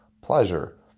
pleasure